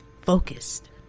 focused